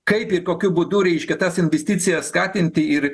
kaip ir kokiu būdu reiškia tas investicijas skatinti ir